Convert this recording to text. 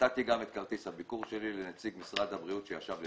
נתתי את כרטיס הביקור שלי לנציג משרד הבריאות שישב לצדי.